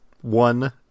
one